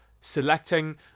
selecting